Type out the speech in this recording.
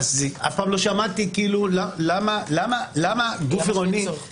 אף פעם לא שמעתי למה גוף עירוני -- בגלל שאין צורך בזה.